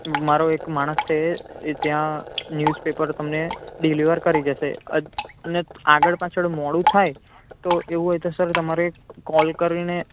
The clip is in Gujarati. મારો એક માણસ છે એ ત્યાં ન્યુઝપેપર તમને ડિલિવર કરી જશે અને આગળ પાછળ મોડું થાય તો એવું હોય તો સર તમારે કોલ કરીને